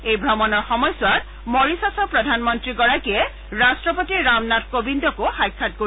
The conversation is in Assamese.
এই ভ্ৰমণৰ সময়ছোৱাত মৰিছাছৰ প্ৰধানমন্ত্ৰীগৰাকীয়ে ৰট্টপতি ৰামনাথ কোবিন্দকো সাক্ষাৎ কৰিব